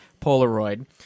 Polaroid